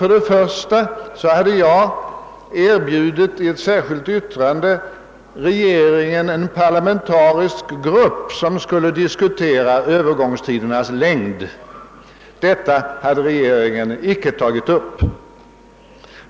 För det första hade jag i ett särskilt yttrande erbjudit regeringen att en parlamentarisk grupp skulle diskutera övergångstidernas längd. Detta hade regeringen inte tagit upp.